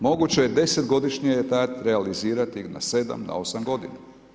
Moguće je 10 godišnji etat realizirati na 7, na 8 godina.